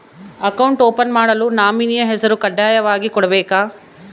Account open ಮಾಡಲು nominee ಹೆಸರು ಕಡ್ಡಾಯವಾಗಿ ಕೊಡಬೇಕಾ?